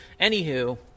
Anywho